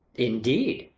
indeed!